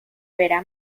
verá